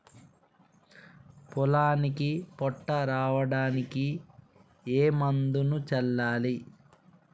పొలానికి పొట్ట రావడానికి ఏ మందును చల్లాలి?